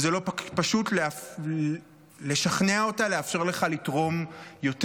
וזה לא פשוט לשכנע אותה לאפשר לך לתרום יותר.